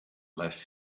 less